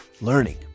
Learning